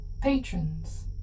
patrons